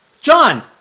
John